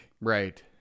right